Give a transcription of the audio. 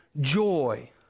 joy